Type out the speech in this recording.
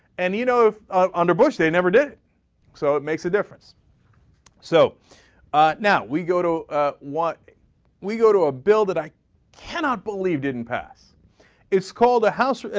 and you know if of underbrush they never do it so it makes a difference but so ah now we go to want we go to a bill that i cannot believe didn't pass it's call the house ah.